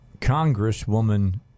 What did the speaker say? Congresswoman